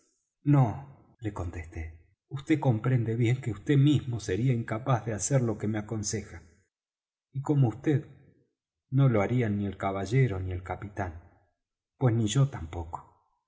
no le contesté vd comprende bien que vd mismo sería incapaz de hacer lo que me aconseja y como vd no lo harían ni el caballero ni el capitán pues ni yo tampoco